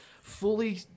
fully